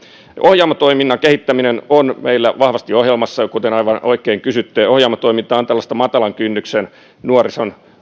ohjaamo toiminnan kehittäminen on meillä vahvasti ohjelmassa kuten aivan oikein kysytte ohjaamo toiminta on tällaista nuorison matalan kynnyksen